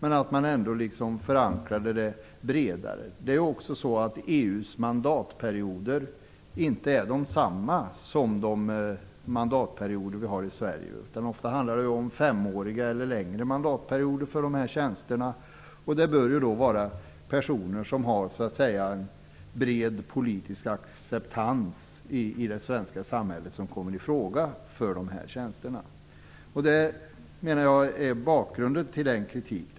EU:s mandatperioder är inte desamma som de mandatperioder vi har i Sverige. Det handlar ofta om femåriga eller längre mandatperioder. Det bör då vara personer som har bred politisk acceptans i det svenska samhället som kommer i fråga för tjänsterna. Detta menar jag är bakgrunden till kritiken.